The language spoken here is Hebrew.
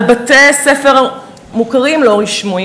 על בתי-הספר המוכרים שאינם רשמיים,